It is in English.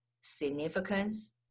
significance